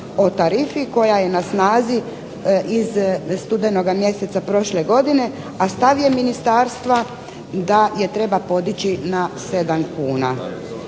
o tarifi koja je na snazi iz studenoga mjeseca prošle godine, a stav je ministarstva da je treba podići na 7 kuna.